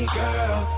girl